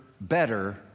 better